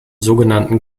sogenannten